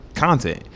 content